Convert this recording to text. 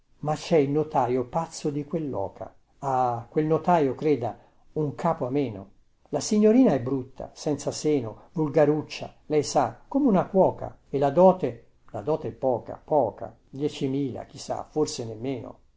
ma cè il notaio pazzo di quelloca ah quel notaio creda un capo ameno la signorina è brutta senza seno volgaruccia lei sa come una cuoca e la dote la dote è poca poca diecimila chi sa forse nemmeno